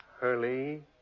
Hurley